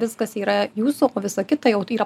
viskas yra jūsų o visa kita jau yra